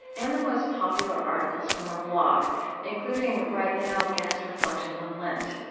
and the most popular articles from our blog including right now guest reflections on lent.